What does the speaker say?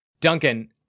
Duncan